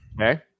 Okay